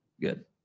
good